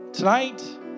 Tonight